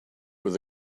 with